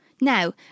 Now